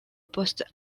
post